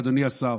אדוני השר,